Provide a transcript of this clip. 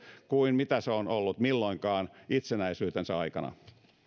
kuin mitä se on ollut milloinkaan itsenäisyytensä aikana